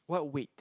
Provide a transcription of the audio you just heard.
what wait